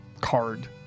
card